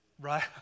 Right